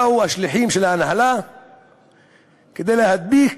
באו השליחים של ההנהלה כדי להדביק